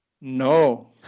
no